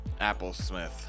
Applesmith